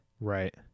right